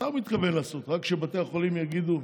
מתי הוא מתכוון לעשות, רק כשבתי החולים יגידו: